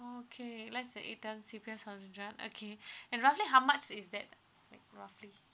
okay let's say it done C_P_F housing grant okay and roughly how much is that like roughly